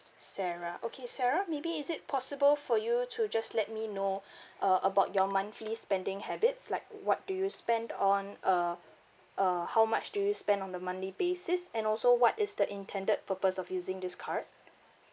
sarah okay sarah maybe is it possible for you to just let me know uh about your monthly spending habits like what do you spend on uh uh how much do you spend on the monthly basis and also what is the intended purpose of using this card